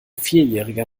vierjähriger